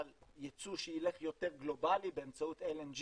אבל יצוא שיילך יותר גלובלי באמצעות LNG